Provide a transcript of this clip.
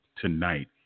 tonight